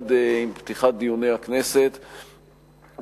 מייד עם פתיחת דיוני הכנסת מבצעים,